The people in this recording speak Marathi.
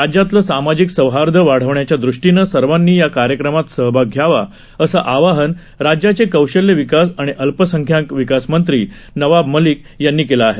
राज्यातलं सामाजिक सौहार्द वाढवण्याच्या दृष्टीनं सर्वानी या कार्यक्रमात सहभाग घ्यावा असं आवाहन राज्याचे कौशल्य विकास आणि अल्पसंख्याक विकास मंत्री नवाब मलिक यांनी केले आहे